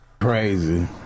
Crazy